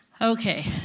Okay